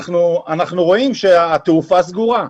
אנחנו רואים שהתעופה סגורה.